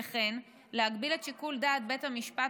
וכן להגביל את שיקול דעת בית המשפט,